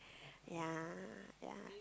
ya ya